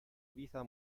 vita